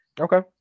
Okay